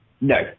No